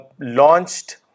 launched